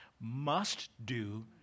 must-do